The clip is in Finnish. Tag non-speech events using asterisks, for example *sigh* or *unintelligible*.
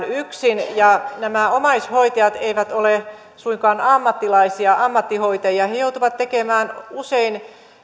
*unintelligible* yksin nämä omaishoitajat eivät ole suinkaan ammattilaisia ammattihoitajia he he joutuvat tekemään usein